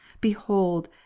behold